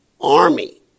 army